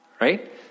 Right